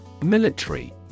Military